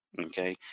Okay